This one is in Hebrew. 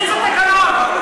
איזה תקנון?